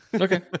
Okay